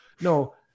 No